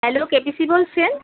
hello KPC বলছেন